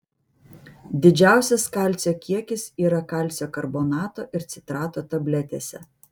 didžiausias kalcio kiekis yra kalcio karbonato ir citrato tabletėse